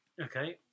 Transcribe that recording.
Okay